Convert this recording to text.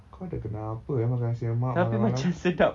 kau dah kenapa eh makan nasi lemak malam-malam